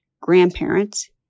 grandparents